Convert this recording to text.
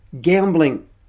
gambling